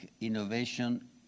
innovation